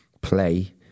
play